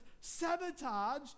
sabotage